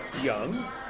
young